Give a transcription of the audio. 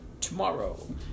tomorrow